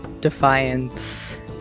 Defiance